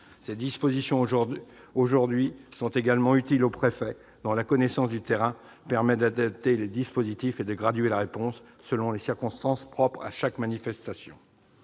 Les dispositions proposées aujourd'hui seront également utiles aux préfets, dont la connaissance du terrain permet d'adapter les dispositifs et de graduer la réponse selon les circonstances propres à chaque manifestation.